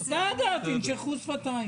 תנשכו שפתיים.